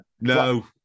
No